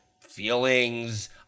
feelings